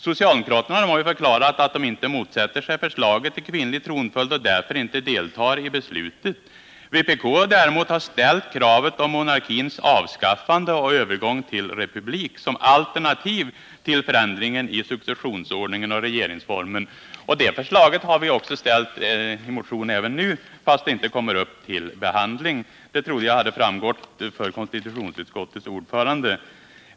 Socialdemokraterna har förklarat att de inte motsätter sig förslaget om kvinnlig tronföljd och därför inte deltar i beslutet. Vpk däremot har ställt kravet på monarkins avskaffande och övergång till republik som alternativ till förändringen i successionsordningen och regeringsformen. Det förslaget har vi framställt i motion även nu, fastän det inte kommer upp till behandling nu. Detta trodde jag klart hade framstått för konstitutionsutskottets ordförande.